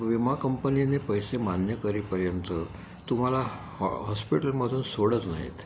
विमा कंपनीने पैसे मान्य करेपर्यंत तुम्हाला हॉ हॉस्पिटलमधून सोडत नाहीत